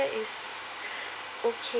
is okay